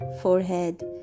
forehead